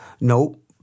Nope